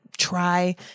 Try